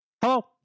Hello